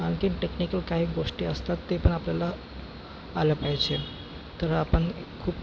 आणखी टेक्निकल काही गोष्टी असतात ते पण आपल्याला आल्या पाहिजे तर आपण खूप